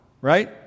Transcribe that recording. right